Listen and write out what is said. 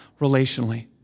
relationally